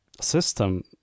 system